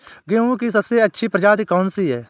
गेहूँ की सबसे अच्छी प्रजाति कौन सी है?